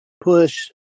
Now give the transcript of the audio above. push